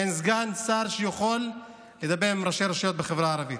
אין סגן שר שיכול לדבר עם ראשי רשויות בחברה הערבית.